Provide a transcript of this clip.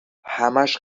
همش